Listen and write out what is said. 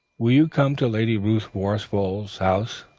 will you come to lady ruth worsfold's house,